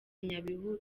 nyabihu